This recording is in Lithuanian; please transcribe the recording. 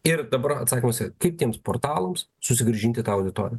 ir dabar atsakymas yra kaip tiems portalams susigrąžinti tą auditoriją